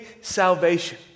salvation